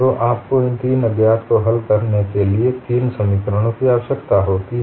तो आपको इन तीन अज्ञात को हल करने के लिए लिए तीन समीकरणों की आवश्यकता होती है